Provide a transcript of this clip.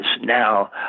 now